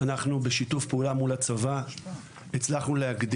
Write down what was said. אנחנו הצלחנו,